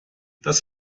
das